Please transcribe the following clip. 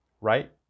right